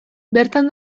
bertan